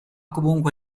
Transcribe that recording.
comunque